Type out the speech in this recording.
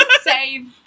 save